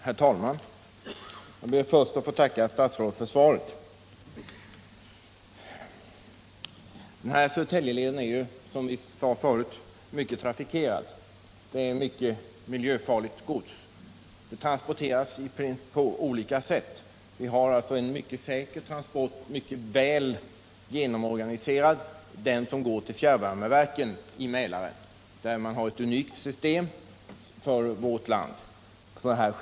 Herr talman! Jag ber först att få tacka statsrådet för svaret. Södertäljeleden är, som redan sagts, livligt trafikerad. Där transporteras mycket miljöfarligt gods på olika sätt. Det finns ett mycket säkert och väl organiserat transportsystem för gods till fjärrvärmeverken vid Mälaren. Dessa transporter sker enligt ett för vårt land unikt system.